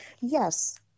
Yes